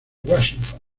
washington